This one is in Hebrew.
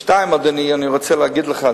דבר שני, אדוני, אני רוצה להגיד לך,